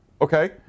Okay